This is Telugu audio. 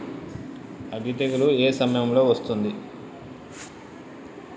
అగ్గి తెగులు ఏ సమయం లో వస్తుంది?